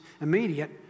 immediate